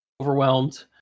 Overwhelmed